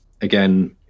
Again